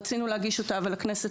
רצינו להגיש אותה אבל הכנסת,